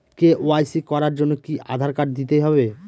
KYC করার জন্য কি আধার কার্ড দিতেই হবে?